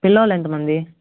పిల్లోలు ఎంతమంది